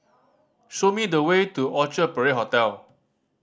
show me the way to Orchard Parade Hotel